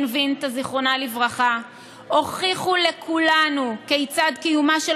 וינטה זיכרונה לברכה הוכיחו לכולנו כיצד קיומה של